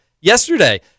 yesterday